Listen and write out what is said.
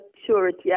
maturity